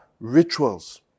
rituals